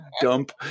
dump